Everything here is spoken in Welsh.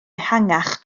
ehangach